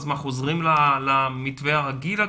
חוזרים למתווה הרגיל?